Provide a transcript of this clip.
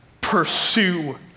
pursue